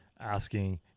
asking